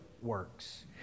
works